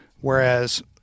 whereas